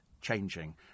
changing